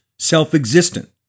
self-existent